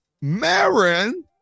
Marin